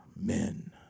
men